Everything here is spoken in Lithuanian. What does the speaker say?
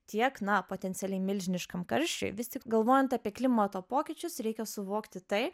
tiek na potencialiai milžiniškam karščiui vis tik galvojant apie klimato pokyčius reikia suvokti tai